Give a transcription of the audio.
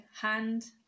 hand